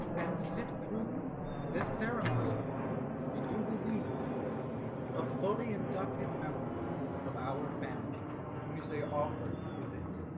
and sit through this ceremony and you will be a fully inducted member of our family when you say offered is it